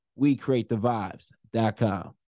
WeCreateTheVibes.com